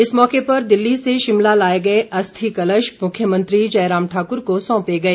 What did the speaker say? इस मौके पर दिल्ली से शिमला लाए गए अरिथ कलश मुख्यमंत्री जयराम ठाक्र को सौंपे गए